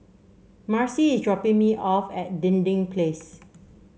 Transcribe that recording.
Marcie is dropping me off at Dinding Place